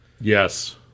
Yes